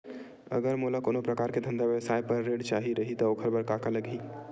अगर मोला कोनो प्रकार के धंधा व्यवसाय पर ऋण चाही रहि त ओखर बर का का लगही?